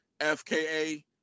FKA